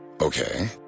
Okay